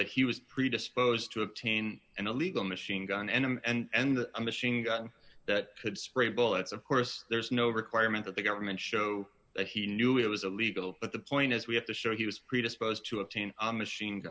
that he was predisposed to obtain an illegal machine gun and a machine gun that could spray bullets of course there's no requirement that the government show that he knew it was illegal but the point is we have to show he was predisposed to obtain a machine